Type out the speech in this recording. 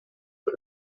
for